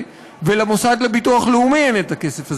ולמוסד לביטוח לאומי אין הכסף הזה,